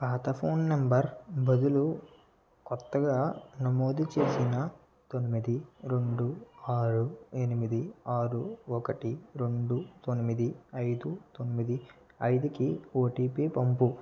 పాత phone number బదులు కొత్తగా నమోదు చేసిన తొమ్మిది రెండు ఆరు ఎనిమిది ఆరు ఒకటి రెండు తొమ్మిది ఐదు తొమ్మిది ఐదు కి ఓటీపీ పంపు